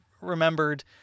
remembered –